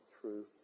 true